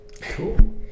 Cool